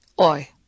Oi